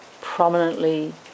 prominently